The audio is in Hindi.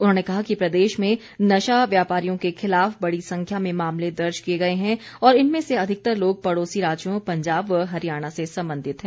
उन्होंने कहा कि प्रदेश में नशा व्यापरियों के खिलाफ बड़ी संख्या में मामले दर्ज किए गए हैं और इनमें से अधिकतर लोग पड़ौसी राज्यों पंजाब व हरियाणा से संबंधित हैं